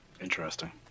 interesting